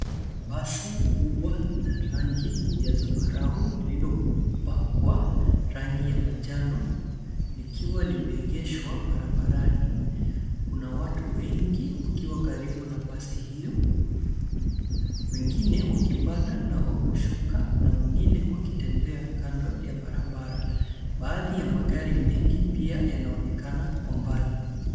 Basi kubwa la rangi ya zambarau lililopakwa rangi ya manjano likiwa limeegeshwa barabarani. Kuna watu wengi wakiwa karibu na basi hiyo, wengine wakipanda, au kushuka na wengine wakitembea kando ya barabara. Baadhi ya magari mengi pia yanaonekana kwa mbali.